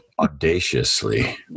audaciously